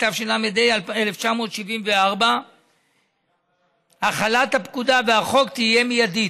התשל"ה 1974. החלת הפקודה והחוק תהיה מיידית,